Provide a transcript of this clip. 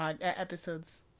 episodes